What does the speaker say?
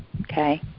Okay